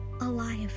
alive